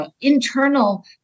internal